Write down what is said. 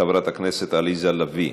חברת הכנסת עליזה לביא,